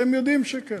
אתם יודעים שכן.